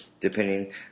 depending